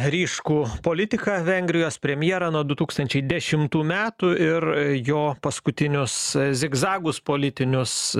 ryškų politiką vengrijos premjerą nuo du tūkstančiai dešimtų metų ir jo paskutinius zigzagus politinius